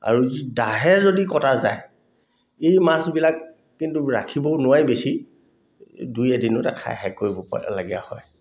আৰু যদি দাহে যদি কটা যায় এই মাছবিলাক কিন্তু ৰাখিবও নোৱাৰি বেছি দুই এদিনতে খাই শেষ কৰিব পাৰে লগা হয়